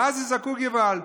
ואז יזעקו גוואלד.